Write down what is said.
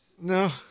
no